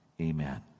Amen